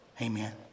amen